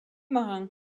marin